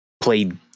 played